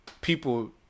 People